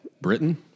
Britain